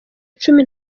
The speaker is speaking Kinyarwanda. icumi